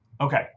Okay